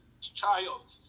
child